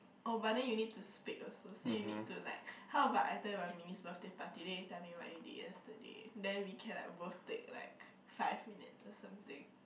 oh but then you need to speak also so you need to like how about I tell you about Min-Yi's birthday party then you tell me what you did yesterday then we can like both take like five minutes or something